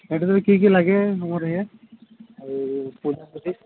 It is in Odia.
ସେଠାରେ କି କି ଲାଗେ ମୋର ଇଏ ଆଉ ପୂଜା ପୂଜି